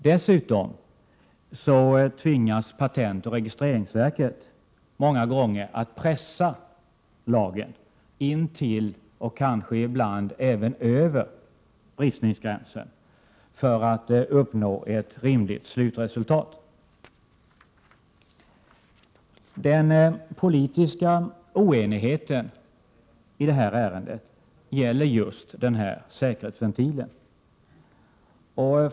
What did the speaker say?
Dessutom tvingas patentoch registreringsverket många gånger att pressa lagen till och kanske ibland även över bristningsgränsen för att uppnå ett rimligt slutresultat. Den politiska oenigheten i det här ärendet gäller just säkerhetsventilen.